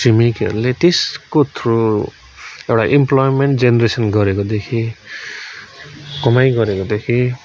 छिमेकीहरूले त्यसको थ्रु एउटा इम्प्लोइमेन्ट जेनेरेसन गरेको देखेँ कमाइ गरेको देखेँ